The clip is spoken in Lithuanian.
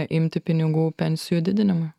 imti pinigų pensijų didinimui